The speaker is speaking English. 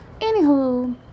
Anywho